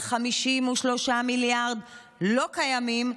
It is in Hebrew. על 53 מיליארד לא קיימים,